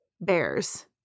bears